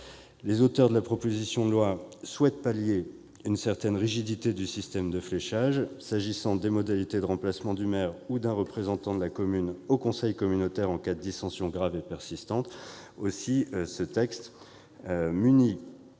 Les auteurs de la proposition de loi souhaitaient pallier une certaine rigidité du système de fléchage, s'agissant des modalités de remplacement du maire ou d'un représentant de la commune au conseil communautaire en cas de dissensions graves et persistantes. Aussi, ce texte,